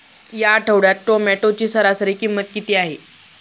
या आठवड्यात टोमॅटोची सरासरी किंमत किती आहे?